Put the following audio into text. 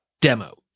demo